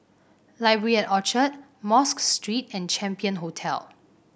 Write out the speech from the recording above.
Library at Orchard Mosque Street and Champion Hotel